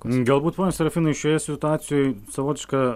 galbūt pone serafinai šioje situacijoj savotišką